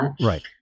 Right